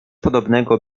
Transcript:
podobnego